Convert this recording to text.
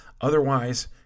Otherwise